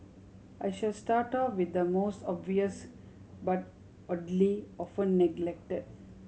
I shall start off with the most obvious but oddly often neglected